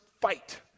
fight